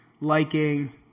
liking